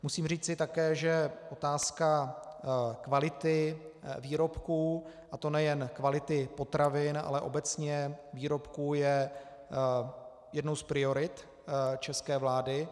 Musím také říci, že otázka kvality výrobků, a to nejen kvality potravin, ale obecně výrobků, je jednou z priorit české vlády.